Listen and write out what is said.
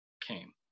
came